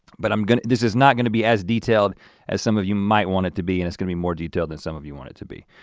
but um this is not gonna be as detailed as some of you might want it to be and it's gonna be more detailed than some of you want it to be.